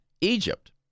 Egypt